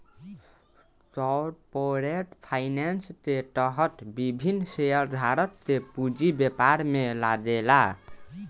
corporate finance के तहत विभिन्न शेयरधारक के पूंजी व्यापार में लागेला